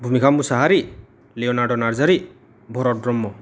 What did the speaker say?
भुमिका मोसाहारि लियनारद' नार्जारी भरद ब्रह्म